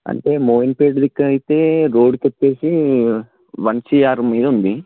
అంటే మోహిన్ పేట్ దిక్కున అయితే రోడ్కు వచ్చి వన్ సీఆర్ మీద ఉంది